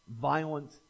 violent